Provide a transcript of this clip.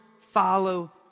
follow